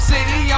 City